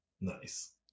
nice